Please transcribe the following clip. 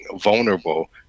vulnerable